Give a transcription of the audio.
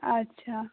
अच्छा